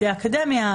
לפי האקדמיה,